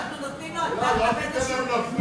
אנחנו נותנים לו אתנחתא בין השיעולים.